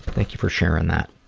thank you for sharing that.